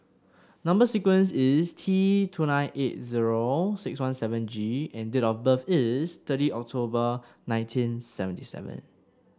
number sequence is T two nine eight zero six one seven G and date of birth is thirty October nineteen seventy seven